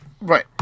Right